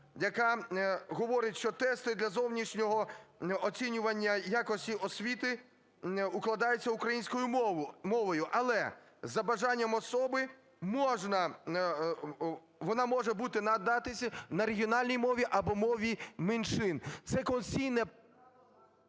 яка говорить, що тести для зовнішнього оцінювання якості освіти укладаються українською мовою, але за бажанням особи можна… вона може бути надатися на регіональній мові або мові меншин. Це – конституційне…